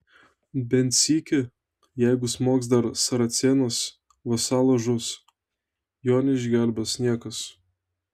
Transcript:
bent sykį jeigu smogs dar saracėnas vasalas žus jo neišgelbės niekas